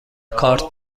کارت